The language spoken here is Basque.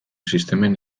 sistemen